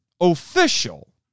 official